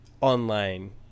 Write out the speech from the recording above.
online